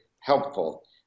helpful